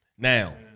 Now